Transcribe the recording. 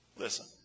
Listen